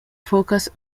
focus